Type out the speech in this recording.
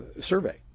Survey